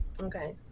okay